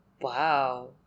Wow